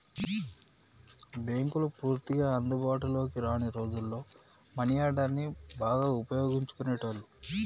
బ్యేంకులు పూర్తిగా అందుబాటులోకి రాని రోజుల్లో మనీ ఆర్డర్ని బాగా వుపయోగించేటోళ్ళు